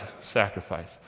sacrifice